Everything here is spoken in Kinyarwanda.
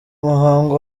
muhango